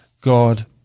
God